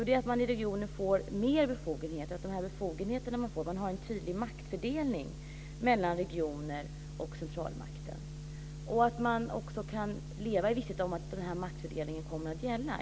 Det är att man i regionen får mer befogenheter och att det i de befogenheter man får finns en tydlig maktfördelning mellan regioner och centralmakten liksom att man även kan leva i visshet om att den här maktfördelningen kommer att gälla.